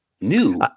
new